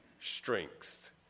strength